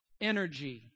energy